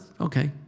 okay